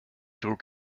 trug